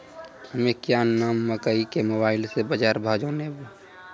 हमें क्या नाम मकई के मोबाइल से बाजार भाव जनवे?